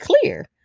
clear